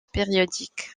périodique